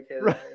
right